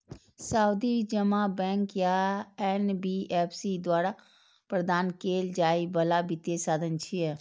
सावधि जमा बैंक या एन.बी.एफ.सी द्वारा प्रदान कैल जाइ बला वित्तीय साधन छियै